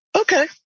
Okay